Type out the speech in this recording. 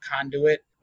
conduit